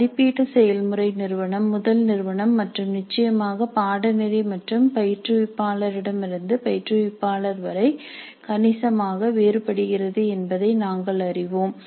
மதிப்பீட்டு செயல்முறை நிறுவனம் முதல் நிறுவனம் மற்றும் நிச்சயமாக பாடநெறி மற்றும் பயிற்றுவிப்பாளரிடமிருந்து பயிற்றுவிப்பாளர் வரை கணிசமாக வேறுபடுகிறது என்பதை நாங்கள் அறிவோம்